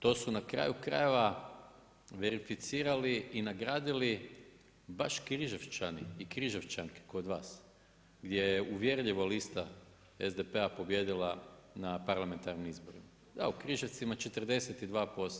To su na kraju krajeva verificirali i nagradili baš Križevčani i Križevčanke kod vas gdje je uvjerljivo lista SDP-a pobijedila na parlamentarnih izborima, u Križevcima 42%